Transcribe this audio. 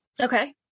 Okay